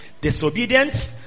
disobedient